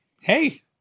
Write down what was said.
hey